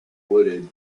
wooded